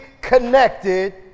connected